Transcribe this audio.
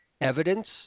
evidence